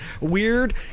weird